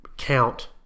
count